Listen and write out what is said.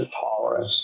tolerance